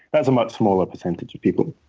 that's a much smaller percentage of people.